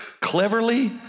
cleverly